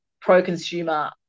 pro-consumer